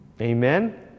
Amen